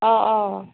অঁ অঁ